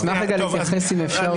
אני אשמח רגע להתייחס אם אפשר,